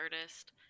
artist